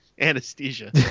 Anesthesia